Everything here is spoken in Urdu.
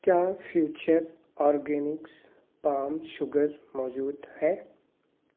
کیا فیوچر اورگینکس پام شوگر موجود ہے